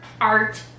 art